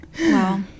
Wow